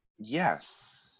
yes